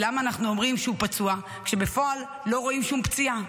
למה אנחנו אומרים שהוא פצוע כשבפועל לא רואים שום פציעה.